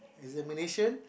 examination